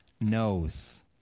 knows